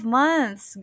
months